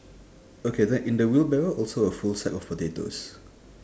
okay then in the wheelbarrow also a full sack of potatoes